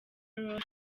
rose